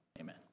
Amen